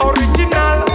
Original